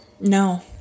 no